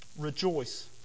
Rejoice